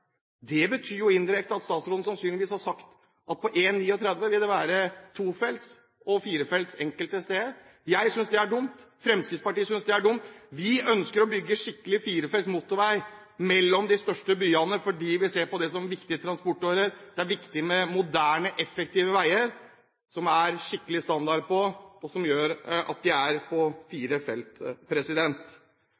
Det betyr jo indirekte at statsråden sannsynligvis har sagt at på E39 vil det være tofelts vei og firefelts vei enkelte steder. Jeg synes det er dumt. Fremskrittspartiet synes det er dumt. Vi ønsker å bygge skikkelig firefelts motorvei mellom de største byene, fordi vi ser på det som viktige transportårer. Det er viktig med moderne og effektive veier, som det er skikkelig standard på – med fire felt. Så registrerer jeg at